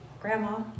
grandma